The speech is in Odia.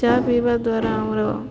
ଚା ପିଇବା ଦ୍ୱାରା ଆମର